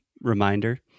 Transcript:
reminder